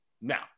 Now